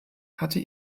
hatte